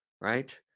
right